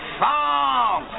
song